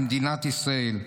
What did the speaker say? למדינת ישראל,